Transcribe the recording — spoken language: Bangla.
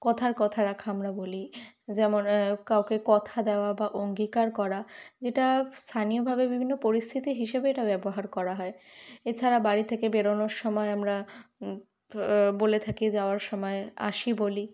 কথার কথা রাখা আমরা বলি যেমন কাউকে কথা দেওয়া বা অঙ্গীকার করা যেটা স্থানীয়ভাবে বিভিন্ন পরিস্থিতি হিসেবে এটা ব্যবহার করা হয় এছাড়া বাড়ি থেকে বেরোনোর সময় আমরা ভ বলে থাকি যাওয়ার সময় আসি বলি